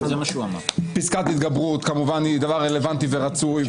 פסקת התגברות כמובן היא דבר רלוונטי ורצוי,